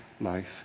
life